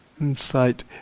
Insight